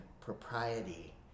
propriety